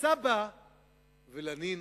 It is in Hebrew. לסבא ולנין